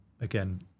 Again